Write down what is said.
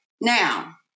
Now